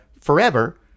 forever